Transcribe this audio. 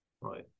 right